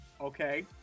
okay